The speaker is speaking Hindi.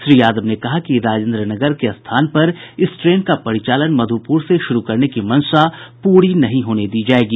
श्री यादव ने कहा कि राजेन्द्र नगर के स्थान पर इस ट्रेन का परिचालन मधुपुर से शुरू करने की मंशा पूरी नहीं होने दी जायेगी